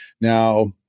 Now